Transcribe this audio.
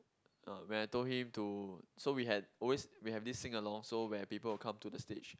uh when I told him to so we had always we have this sing along so where people will come to the stage